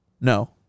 No